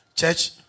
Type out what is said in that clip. Church